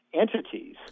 entities